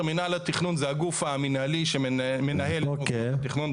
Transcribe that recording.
מינהל התכנון זה הגוף המינהלי שמנהל את אגף התכנון.